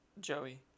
Joey